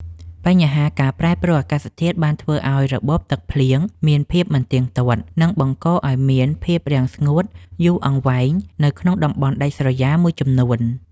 បញ្ហាការប្រែប្រួលអាកាសធាតុបានធ្វើឱ្យរបបទឹកភ្លៀងមានភាពមិនទៀងទាត់ និងបង្កឱ្យមានភាពរាំងស្ងួតយូរអង្វែងនៅក្នុងតំបន់ដាច់ស្រយាលមួយចំនួន។